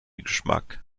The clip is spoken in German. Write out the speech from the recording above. geschmack